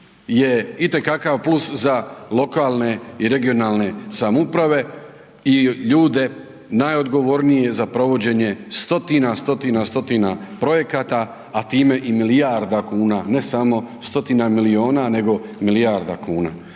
je itekako jedan plus za lokalne i regionalne samouprave i ljude najodgovornije za provođenje stotina, stotina, stotina projekata, a time i milijarda kuna, ne samo stotina milijuna nego milijarda kuna.